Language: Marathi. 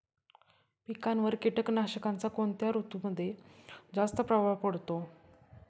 पिकांवर कीटकनाशकांचा कोणत्या ऋतूमध्ये जास्त प्रभाव पडतो?